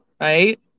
Right